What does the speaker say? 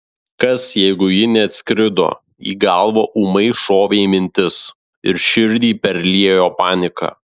kas jeigu ji neatskrido į galvą ūmai šovė mintis ir širdį perliejo panika